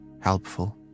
helpful